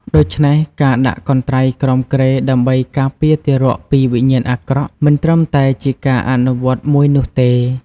ដូច្នេះ ការដាក់កន្ត្រៃក្រោមគ្រែដើម្បីការពារទារកពីវិញ្ញាណអាក្រក់មិនត្រឹមតែជាការអនុវត្តមួយនោះទេ។